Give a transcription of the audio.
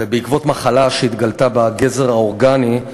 בעקבות מחלה שהתגלתה בגזר האורגני,